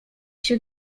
się